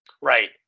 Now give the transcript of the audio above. right